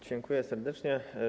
Dziękuję serdecznie.